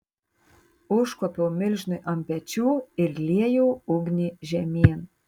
užkopiau milžinui ant pečių ir liejau ugnį žemyn